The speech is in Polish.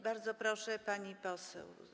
Bardzo proszę, pani poseł.